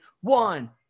One